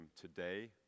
today